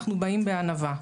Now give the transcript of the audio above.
אנחנו באים בענווה.